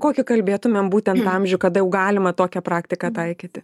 apie kokį kalbėtumėm būtent amžių kada jau galima tokią praktiką taikyti